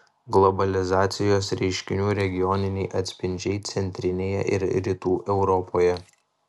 globalizacijos reiškinių regioniniai atspindžiai centrinėje ir rytų europoje